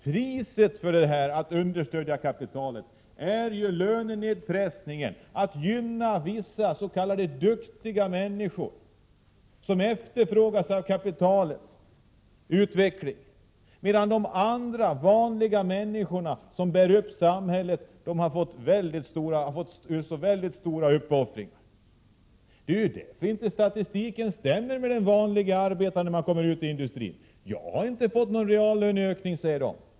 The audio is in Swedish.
Priset för stödet till kapitalet är att man gynnar vissa s.k. duktiga människor, som efterfrågas av kapitalet, medan de andra vanliga människorna, som bär upp samhället, har fått utstå mycket stora påfrestningar. Det är därför statistiken inte stämmer med den vanliga arbetarens villkor — och det finner man när man kommer ut i industrin. Jag har inte fått någon reallöneökning, säger många.